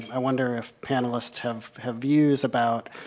i wonder if panelists have have views about,